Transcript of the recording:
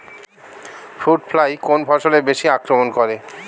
Fruit fly কোন ফসলে বেশি আক্রমন করে?